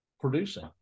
producing